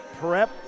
Prep